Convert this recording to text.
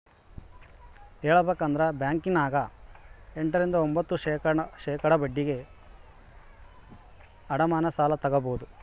ಹೇಳಬೇಕಂದ್ರ ಬ್ಯಾಂಕಿನ್ಯಗ ಎಂಟ ರಿಂದ ಒಂಭತ್ತು ಶೇಖಡಾ ಬಡ್ಡಿಗೆ ಅಡಮಾನ ಸಾಲ ತಗಬೊದು